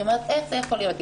היא אומרת, איך זה יכולת להיות?